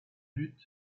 buts